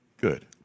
Good